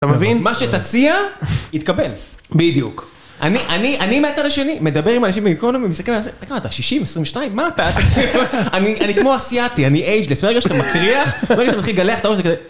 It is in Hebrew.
אתה מבין? מה שתציע, יתקבל, בדיוק. אני, אני, אני מהצד השני, מדבר עם אנשים במיקרונומים, מסתכלים על זה, איך כמה אתה? 60? 22? מה אתה? אני, אני כמו אסיאתי, אני אייג'לס, מהרגע שאתה מקריח, מהרגע שאתה מתחיל לגלח את הראש הזה כזה...